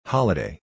Holiday